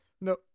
no